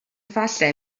falle